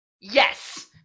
yes